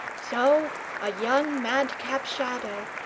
so a young madcap shadow,